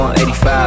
185